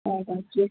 और बच्चे